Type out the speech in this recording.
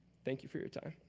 thank you for your time.